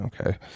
okay